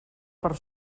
per